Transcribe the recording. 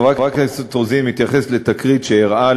חברת הכנסת רוזין מתייחסת לתקרית שאירעה,